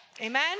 amen